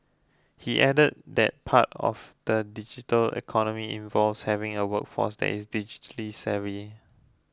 he added that part of the digital economy involves having a workforce that is digitally savvy